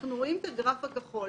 אנחנו רואים את הגרף הכחול.